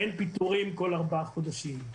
אין פיטורים כל ארבעה חודשים,